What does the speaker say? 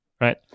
Right